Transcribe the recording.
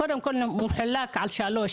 קודם כל זה מחולק ל-3.